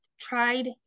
tried